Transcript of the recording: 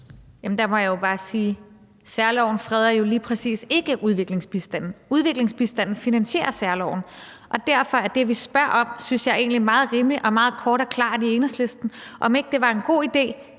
der må jeg bare sige, at særloven jo lige præcis ikke freder udviklingsbistanden. Udviklingsbistanden finansierer særloven, og derfor er det, vi i Enhedslisten spørger om, synes jeg, egentlig meget rimeligt og meget kort og klart, om ikke det var en god idé